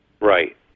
Right